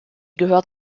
gehört